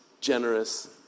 generous